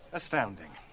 astounding,